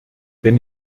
wenn